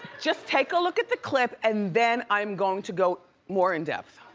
just take a look at the clip and then i am going to go more in depth.